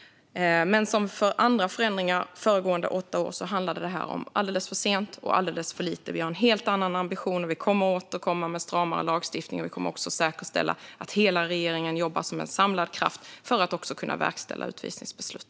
Men liksom andra förändringar under de senaste åtta åren handlade detta om något som kom alldeles för sent och som var alldeles för lite. Vi har en helt annan ambition, och vi kommer att återkomma med stramare lagstiftning. Vi kommer också att säkerställa att hela regeringen jobbar som en samlad kraft för att kunna verkställa utvisningsbeslut.